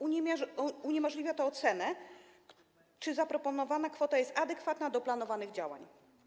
Uniemożliwia to ocenę, czy zaproponowana kwota jest adekwatna do planowanych działań.